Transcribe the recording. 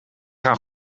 gaan